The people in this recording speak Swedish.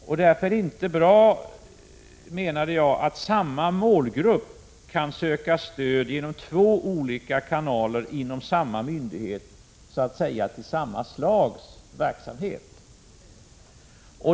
Det är inte bra att samma målgrupp kan söka stöd genom två olika kanaler inom samma myndighet till samma slags verksamhet.